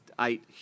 eight